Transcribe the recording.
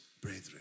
brethren